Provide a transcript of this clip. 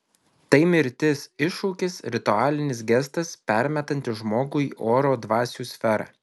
tai mirtis iššūkis ritualinis gestas permetantis žmogų į oro dvasių sferą